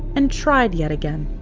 and tried yet again.